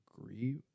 agree